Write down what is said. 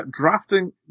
drafting